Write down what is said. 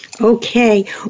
Okay